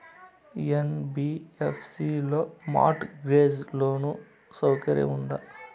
NBFC లో mortgage loan సౌకర్యం ఉందా?